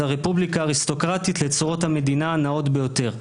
הרפובליקה האריסטוקרטית לצורות המדינה הנאות ביותר.